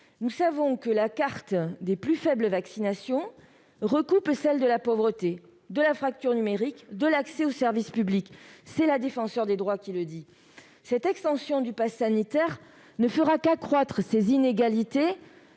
Nous savons que la carte du plus faible taux de vaccination recoupe celle de la pauvreté, de la fracture numérique, de l'accès au service public. C'est la Défenseure des droits qui le dit. L'extension du passe sanitaire ne fera qu'accroître ces inégalités